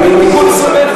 חבר הכנסת שלח,